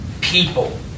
people